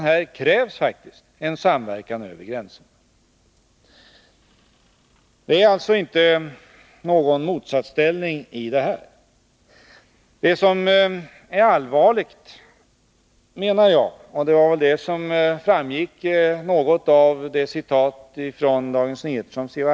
Här krävs faktiskt en samverkan över gränserna. Utländska företags investeringar i Sverige och svenska företags investeringar utomlands står alltså inte i motsats till varandra. Vad som är allvarligt är, menar jag, att — och det framgick något av det citat ur Dagens Nyheter som C.-H.